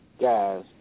guys